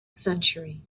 century